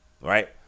Right